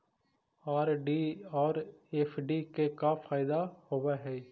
RD और FD के का फायदा होव हई?